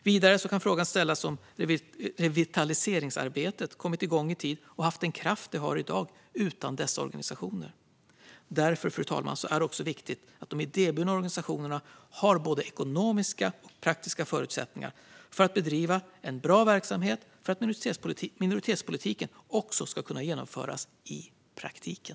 Vidare kan frågan ställas om revitaliseringsarbetet skulle ha kommit igång i tid och haft den kraft det har utan dessa organisationer. Därför, fru talman, är det också viktigt att de idéburna organisationerna har både ekonomiska och praktiska förutsättningar för att bedriva en bra verksamhet för att minoritetspolitiken också ska kunna genomföras i praktiken.